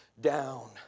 down